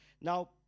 Now